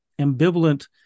ambivalent